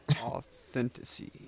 Authenticity